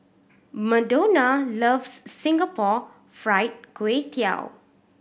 Madonna loves Singapore Fried Kway Tiao